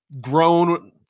grown